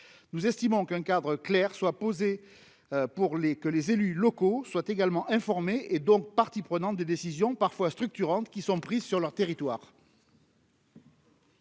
nous estimons qu'un cadre clair soit posée pour les que les élus locaux soient également informés et donc partie prenante des décisions parfois structurantes qui sont prises sur leur territoire.